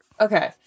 Okay